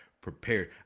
prepared